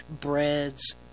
breads